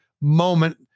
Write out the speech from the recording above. moment